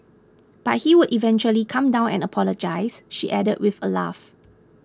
but he would eventually calm down and apologise she added with a laugh